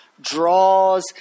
draws